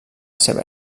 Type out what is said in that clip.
seva